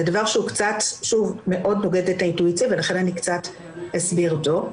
זה דבר שהוא קצת מאוד נוגד את האינטואיציה ולכן אסביר אותו.